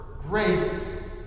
grace